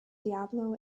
diablo